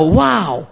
wow